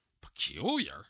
peculiar